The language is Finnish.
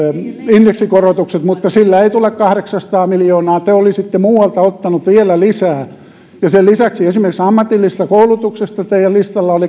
indeksikorotukset sillä ei tule kahdeksaasataa miljoonaa te olisitte muualta ottaneet vielä lisää ja sen lisäksi esimerkiksi ammatillisesta koulutuksesta teidän listallanne